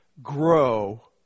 Grow